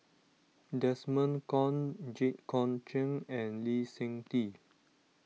Desmond Kon Jit Koon Ch'ng and Lee Seng Tee